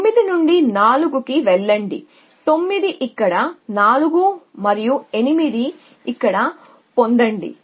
9 నుండి 4 కి వెళ్ళండి 9 ఇక్కడ 4 మరియు 8 ఇక్కడ పొందండి